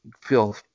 feel